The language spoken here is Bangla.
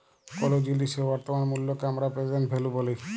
কোলো জিলিসের বর্তমান মুল্লকে হামরা প্রেসেন্ট ভ্যালু ব্যলি